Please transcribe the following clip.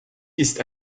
ist